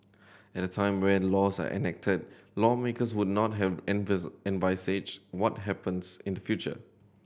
at the time when laws are enacted lawmakers would not have envisaged what happens in the future